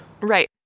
Right